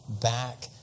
back